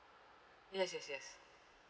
yes yes yes